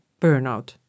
burnout